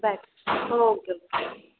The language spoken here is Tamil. O okay okay